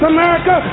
America